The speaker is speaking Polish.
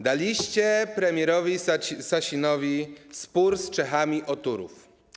Daliście premierowi Sasinowi spór z Czechami o Turów.